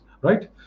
right